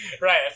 right